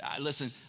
Listen